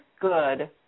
good